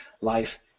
life